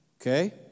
Okay